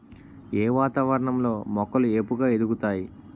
ఏ వాతావరణం లో మొక్కలు ఏపుగ ఎదుగుతాయి?